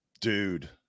dude